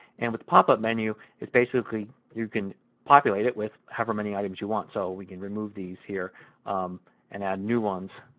and with the pop-up menu basically you can populate it with however many items you want. so we can remove these here and add new ones.